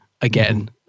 again